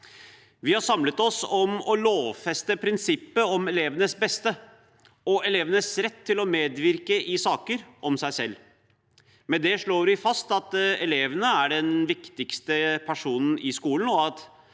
Vi har samlet oss om å lovfeste prinsippet om elevenes beste og elevenes rett til å medvirke i saker om seg selv. Med det slår vi fast at eleven er den viktigste personen i skolen, og at